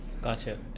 Gotcha